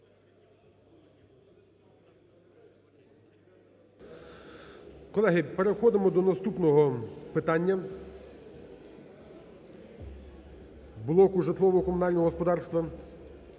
Колеги, переходимо до наступного питання: блоку житлово-комунального господарства.